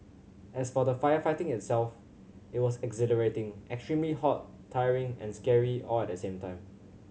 as for the firefighting itself it was exhilarating extremely hot tiring and scary all at the same time